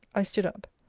i stood up.